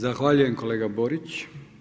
Zahvaljujem kolega Borić.